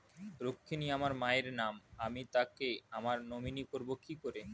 রুক্মিনী আমার মায়ের নাম আমি তাকে আমার নমিনি করবো কি করে?